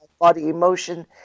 body-emotion